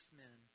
men